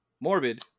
Morbid